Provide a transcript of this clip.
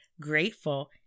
grateful